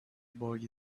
boy